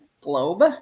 globe